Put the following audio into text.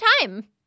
time